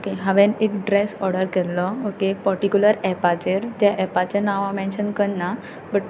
okay हांवें एक dress order केल्ले एक पर्टिकुलर ऍपाचेर जे ऍपाचें नांव हांव मेनशन करना बट